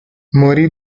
morì